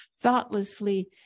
thoughtlessly